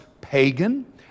pagan